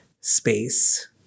space